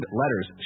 letters